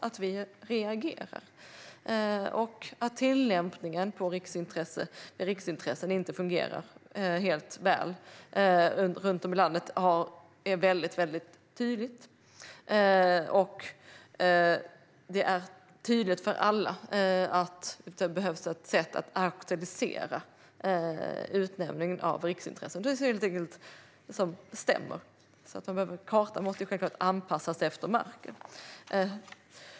Att tillämpningen av riksintresselagstiftningen inte alltid fungerar väl runt om i landet är tydligt, och det är tydligt för alla att det behövs ett sätt att aktualisera utnämningen av riksintressen. Kartan måste självklart anpassas efter marken.